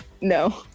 No